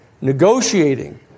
negotiating